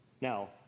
Now